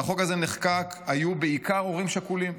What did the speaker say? היו בעיקר הורים שכולים,